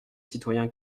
citoyen